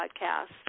podcast